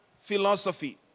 philosophy